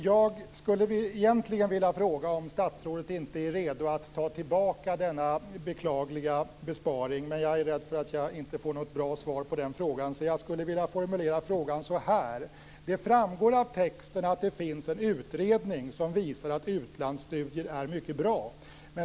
Jag skulle egentligen vilja fråga om inte statsrådet är redo att ta tillbaka denna beklagliga besparing, men jag är rädd att jag inte får något bra svar på den frågan. Därför skulle jag vilja formulera frågan så här: Det framgår av texten att det finns en utredning som visar att utlandsstudier är mycket bra.